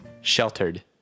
Sheltered